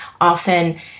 often